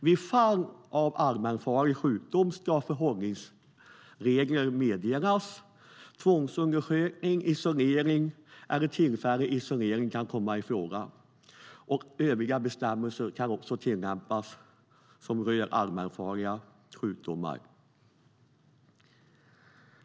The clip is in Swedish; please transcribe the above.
Vid fall av allmänfarlig sjukdom ska förhållningsregler meddelas, och tvångsundersökning, isolering eller tillfällig isolering kan komma i fråga. Övriga bestämmelser som rör allmänfarliga sjukdomar kan också tillämpas.